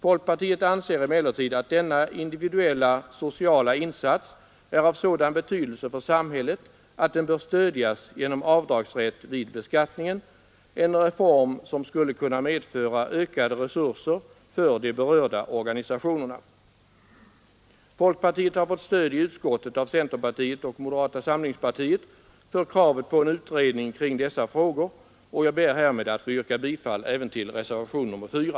Folkpartiet anser emellertid att denna individuella sociala insats är av sådan betydelse för sam hället att den bör stödjas genom avdragsrätt vid beskattningen — en reform som skulle kunna medföra ökade resurser för de berörda organisationerna. Folkpartiet har fått stöd i utskottet av centerpartiet och moderata samlingspartiet för kravet på en utredning kring dessa frågor, och jag ber härmed att få yrka bifall även till reservationen 4.